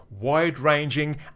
wide-ranging